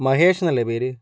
മഹേഷ് എന്നല്ലേ പേര്